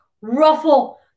ruffle